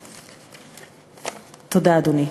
תודה, אדוני.